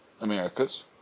Americas